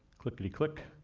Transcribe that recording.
clickety-click.